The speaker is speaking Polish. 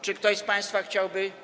Czy ktoś z państwa chciałby.